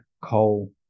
coal